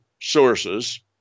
sources